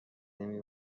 نمی